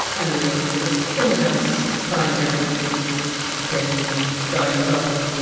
and women were just in the house tying ribbons and cleaning and dying in childbirth.